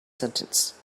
sentence